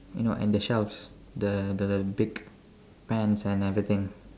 you know in the shelves the the the big pans and everything